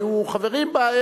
היו חברים בה,